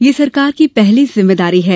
यह सरकार की पहली जिम्मेदारी है